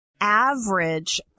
average